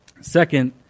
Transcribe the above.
Second